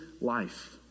life